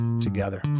together